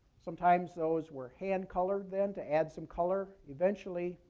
sometimes those were hand colored, then, to add some color. eventually,